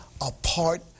apart